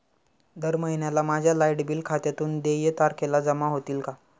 दर महिन्याला माझ्या लाइट बिल खात्यातून देय तारखेला जमा होतील का?